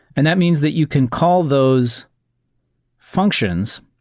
and that means that you can call those functions.